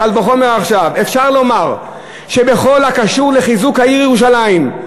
קל וחומר עכשיו: אפשר לומר שבכל הקשור לחיזוק העיר ירושלים,